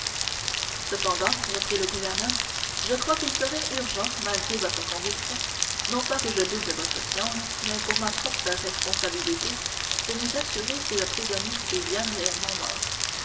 cependant reprit le gouverneur je crois qu'il serait urgent malgré votre conviction non pas que je doute de votre science mais pour ma propre responsabilité de nous assurer si le prisonnier est bien réellement mort